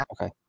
Okay